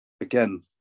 again